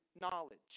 knowledge